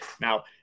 Now